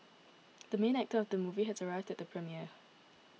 the main actor of the movie has arrived at the premiere